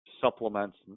supplements